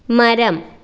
മരം